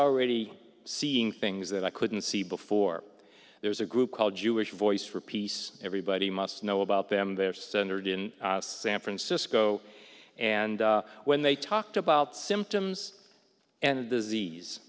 already seeing things that i couldn't see before there's a group called jewish voice for peace everybody must know about them their standard in san francisco and when they talked about symptoms and disease